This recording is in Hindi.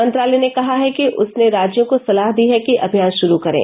मंत्रालय ने कहा है कि उसने राज्यों को सलाह दी है कि अभियान श्रू करें